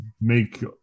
make